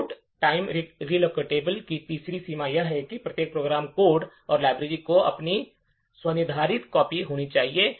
load time relocatable code की तीसरी सीमा यह है कि प्रत्येक प्रोग्राम कोड लाइब्रेरी की अपनी स्वनिर्धारित कॉपी होनी चाहिए